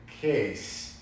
case